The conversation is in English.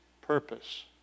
purpose